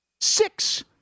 six